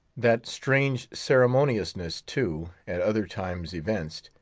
that strange ceremoniousness, too, at other times evinced,